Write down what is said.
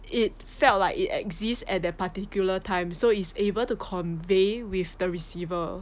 it felt like it exists at that particular time so is able to convey with the receiver